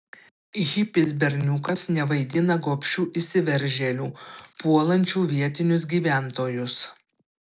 hipis berniukas nevaidina gobšių įsiveržėlių puolančių vietinius gyventojus